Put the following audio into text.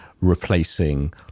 replacing